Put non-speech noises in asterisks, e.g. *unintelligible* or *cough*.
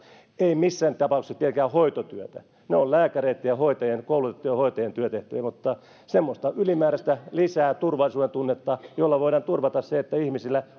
ei missään tapauksessa tietenkään hoitotyötä ne ovat lääkäreitten ja koulutettujen hoitajien työtehtäviä mutta lisää semmoista ylimääräistä turvallisuudentunnetta jolla voidaan turvata se että ihmisillä *unintelligible*